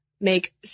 make